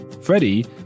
Freddie